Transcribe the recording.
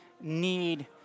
need